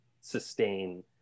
sustain